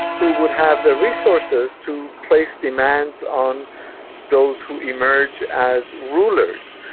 who would have the resources to place demands on those who emerge as rulers.